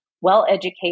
well-educated